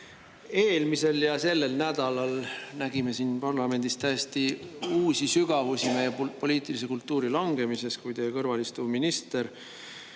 Eelmisel ja sellel nädalal nägime siin parlamendis täiesti uusi sügavusi meie poliitilise kultuuri langemises, kui teie kõrval istuv minister